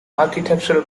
architectural